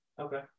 okay